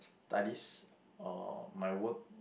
studies or my work